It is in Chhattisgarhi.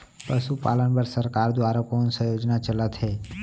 पशुपालन बर सरकार दुवारा कोन स योजना चलत हे?